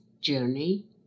journey